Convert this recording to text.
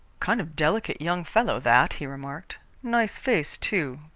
kind of delicate young fellow, that, he remarked. nice face, too.